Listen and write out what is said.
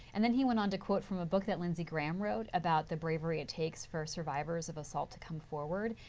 and he went on to quote from a book that lindsey graham wrote about the bravery it takes for survivors of us all to come forward.